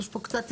יש פה קצת,